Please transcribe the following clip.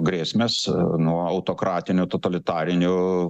grėsmės nuo autokratinių totalitarinių